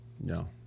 No